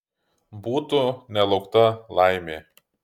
būtų nelaukta laimė